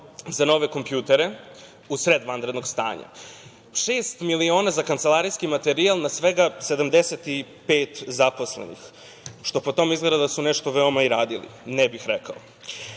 za nove kompjutere u sred vanrednog stanja, šest miliona za kancelarijski materijal na svega 75 zaposlenih, što po tome izgleda da su nešto veoma i radili, ne bih rekao,